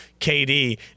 KD